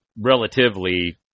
relatively